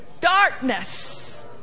darkness